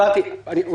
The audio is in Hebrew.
יש